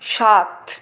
সাত